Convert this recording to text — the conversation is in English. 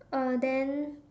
uh then